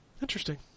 Interesting